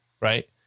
right